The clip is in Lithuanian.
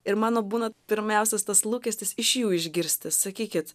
ir mano būna pirmiausias tas lūkestis iš jų išgirsti sakykit